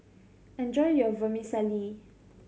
enjoy your Vermicelli